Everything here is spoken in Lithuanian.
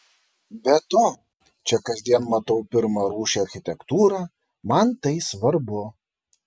be to čia kasdien matau pirmarūšę architektūrą man tai svarbu